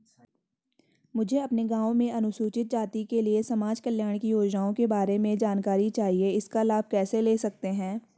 मुझे अपने गाँव में अनुसूचित जाति के लिए समाज कल्याण की योजनाओं के बारे में जानकारी चाहिए इसका लाभ कैसे ले सकते हैं?